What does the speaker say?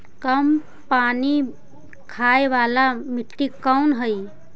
कम पानी खाय वाला मिट्टी कौन हइ?